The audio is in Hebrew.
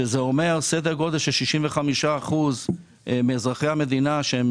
מה שאומר שסדר גודל של 65% מאזרחי המדינה שהם